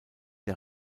der